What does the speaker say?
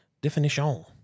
definition